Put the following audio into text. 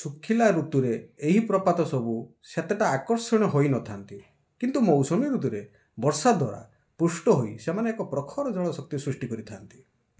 ଶୁଖିଲା ଋତୁରେ ଏହି ପ୍ରପାତ ସବୁ ସେତେଟା ଆକର୍ଷଣୀୟ ହୋଇନଥାନ୍ତି କିନ୍ତୁ ମୌସୁମୀ ଋତୁରେ ବର୍ଷା ଦ୍ୱାରା ପୁଷ୍ଟ ହୋଇ ସେମାନେ ଏକ ପ୍ରଖର ଜଳ ଶକ୍ତି ସୃଷ୍ଟି କରିଥାନ୍ତି